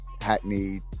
Hackney